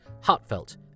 heartfelt